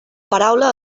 paraula